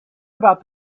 about